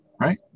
right